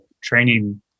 training